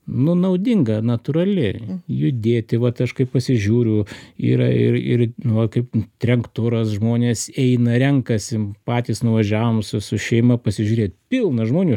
nu naudinga natūrali judėti vat aš kaip pasižiūriu yra ir ir nu va kaip trenkturas žmonės eina renkasi patys nuvažiavom su su šeima pasižiūrėt pilna žmonių